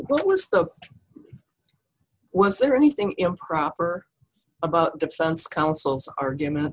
what was the was there anything improper about the defense counsel's argument